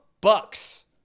Bucks